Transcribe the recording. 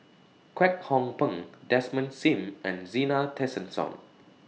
Kwek Hong Png Desmond SIM and Zena Tessensohn